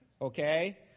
Okay